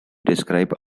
describe